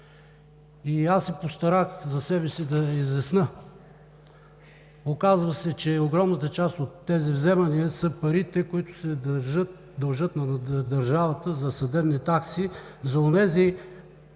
произход. Постарах се за себе си да изясня – оказва се, че огромната част от тези вземания са парите, които се дължат на държавата за съдебни такси за онези дела,